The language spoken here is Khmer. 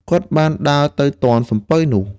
គាត់បានដើរទៅទាន់សំពៅនោះ។